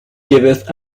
giveth